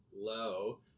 low